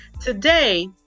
Today